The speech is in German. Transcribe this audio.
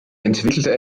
entwickelte